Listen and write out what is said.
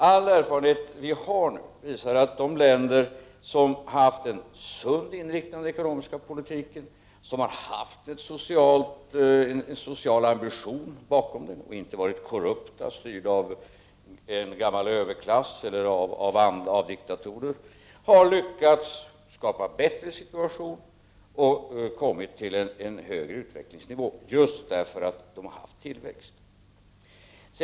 All erfarenhet visar att de länder som har haft en sund inriktning av den ekonomiska politiken och som har haft en social ambition och inte varit korrumperade och styrda av en gammal överklass eller en diktator har lyckats skapa en bättre situation och kommit till en högre utvecklingsnivå, just därför att de har haft tillväxt.